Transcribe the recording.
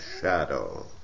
shadow